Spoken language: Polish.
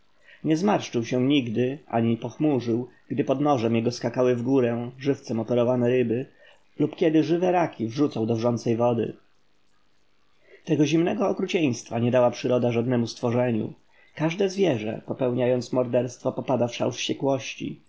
nie zmarszczył się nigdy ani pochmurzył gdy pod nożem jego skakały w górę żywcem operowane ryby lub kiedy żywe raki wrzucał do wrzącej wody tego zimnego okrucieństwa nie dała przyroda żadnemu stworzeniu każde zwierzę popełniając morderstwo popada w szał wściekłości